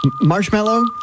marshmallow